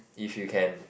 if you can